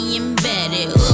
embedded